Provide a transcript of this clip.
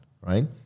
right